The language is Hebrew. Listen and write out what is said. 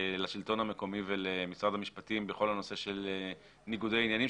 לשלטון המקומי ולמשרד המשפטים בכל הנושא של ניגודי עניינים,